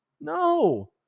No